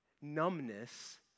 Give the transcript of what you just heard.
numbness